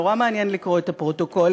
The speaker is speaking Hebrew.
נורא מעניין לקרוא את הפרוטוקולים,